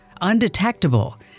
undetectable